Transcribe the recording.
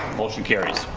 motion carries.